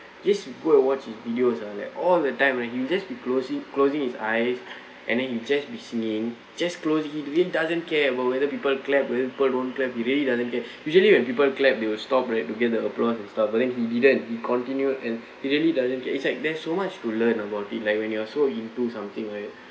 just go and watch his videos ah like all the time when he'll just be closing closing his eyes and then he just be singing just closed he doesn't care about whether people clap whether people don't clap he really doesn't care usually when people clap they will stop like together applause and stuff but then he didn't he continued and he really doesn't care it's like there's so much to learn about it like when you're so into something right